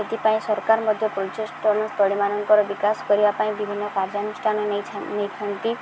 ସେଥିପାଇଁ ସରକାର ମଧ୍ୟ ପର୍ଯ୍ୟଟନ ସ୍ଥଳୀମାନଙ୍କର ବିକାଶ କରିବା ପାଇଁ ବିଭିନ୍ନ କାର୍ଯ୍ୟାନୁଷ୍ଠାନ ନେଇ ନେଇଥାନ୍ତି